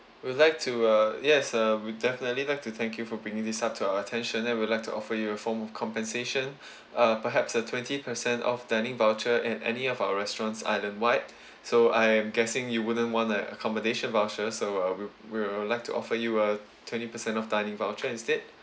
we'd like to uh yes uh we'd definitely like to thank you for bringing this up to our attention and we'd like to offer you a form of compensation uh perhaps a twenty percent off dining voucher at any of our restaurants island wide so I'm guessing you wouldn't want a accommodation voucher so uh we we would like to offer you a twenty percent off dining voucher instead